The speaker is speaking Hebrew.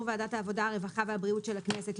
ועדת העבודה הרווחה והבריאות של הכנסת,